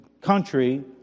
country